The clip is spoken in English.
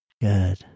Good